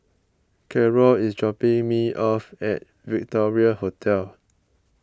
Karol is dropping me off at Victoria Hotel